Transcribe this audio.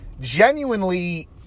genuinely